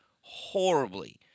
horribly